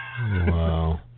Wow